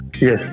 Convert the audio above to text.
Yes